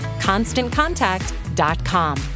ConstantContact.com